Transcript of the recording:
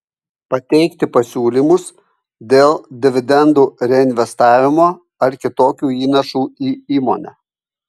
pateikti pasiūlymus dėl dividendų reinvestavimo ar kitokių įnašų į įmonę